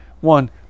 One